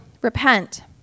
repent